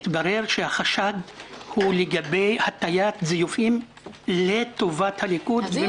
התברר שהחשד הוא לגבי הטית זיופים לטובת הליכוד.